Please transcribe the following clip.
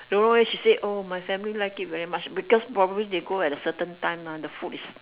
don't know leh she say oh my family like it very much because probably they go at a certain time ah the food is